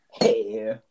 Hey